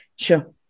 Sure